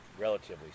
relatively